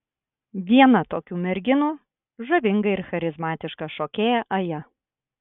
viena tokių merginų žavinga ir charizmatiška šokėja aja